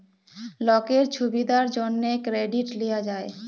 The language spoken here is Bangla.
লকের ছুবিধার জ্যনহে কেরডিট লিয়া যায়